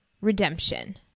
redemption